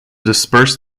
disperse